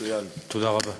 תודה רבה.